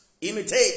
Imitate